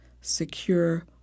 secure